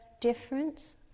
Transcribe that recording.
difference